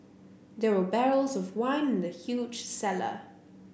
there were barrels of wine in the huge cellar